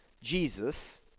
Jesus